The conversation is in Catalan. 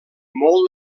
molt